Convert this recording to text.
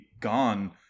gone